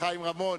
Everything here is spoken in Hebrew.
חיים רמון,